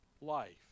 life